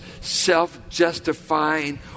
self-justifying